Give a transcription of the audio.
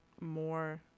more